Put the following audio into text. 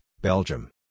Belgium